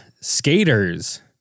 skaters